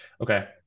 Okay